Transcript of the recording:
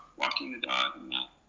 walking the dog and that.